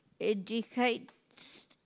educates